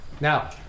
Now